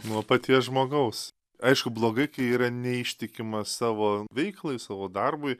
nuo paties žmogaus aišku blogai kai yra neištikima savo veiklai savo darbui